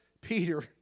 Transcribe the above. Peter